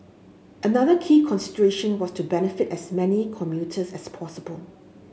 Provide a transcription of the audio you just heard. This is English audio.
another key consideration was to benefit as many commuters as possible